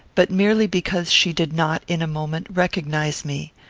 but merely because she did not, in a moment, recognise me